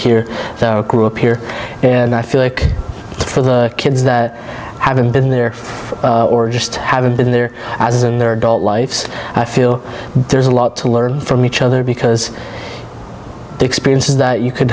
here grew up here and i feel like for the kids that haven't been there or just haven't been there as in their adult life so i feel there's a lot to learn from each other because the experiences that you could